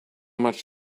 much